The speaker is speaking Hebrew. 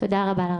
תודה רבה.